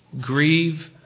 Grieve